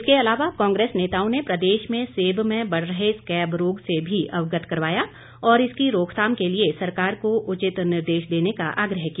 इसके अलावा कांग्रेस नेताओं ने प्रदेश में सेब में बढ़ रहे स्कैब रोग से भी अवगत करवाया और इसकी रोकथाम के लिए सरकार को उचित निर्देश देने का आग्रह किया